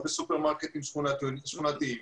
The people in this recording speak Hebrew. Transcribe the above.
או בסופרמרקטים שכונתיים.